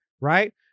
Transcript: right